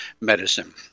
medicine